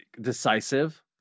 decisive